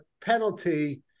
penalty